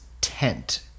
tent